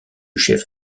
chef